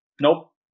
nope